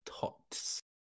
Tots